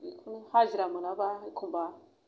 बेखौनो हाजिरा मोनाबा एखनब्ला